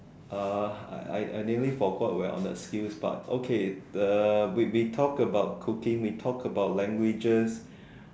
uh I I nearly forgot we're on the skills part okay the we we talked about cooking we talked about languages